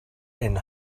and